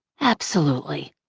absolutely.